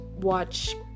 watch